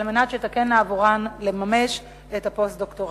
שתקל עליהן לממש את הפוסט-דוקטורט.